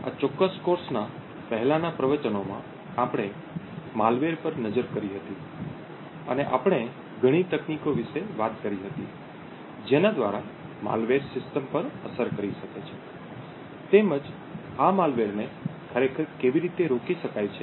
આ ચોક્કસ કોર્સના પહેલાનાં પ્રવચનોમાં આપણે malwareમlલવેર પર નજર કરી હતી અને આપણે ઘણી તકનીકો વિશે વાત કરી હતી જેના દ્વારા malwareમlલવેર સિસ્ટમ પર અસર કરી શકે છે તેમજ આ malwareમlલવેરને ખરેખર કેવી રીતે રોકી શકાય છે